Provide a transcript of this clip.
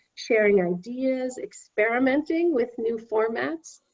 sharing your ideas, experimenting with new formats.